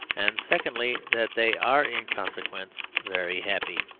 and, secondly, that they are in consequence very happy.